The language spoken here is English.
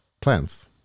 plants